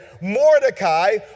Mordecai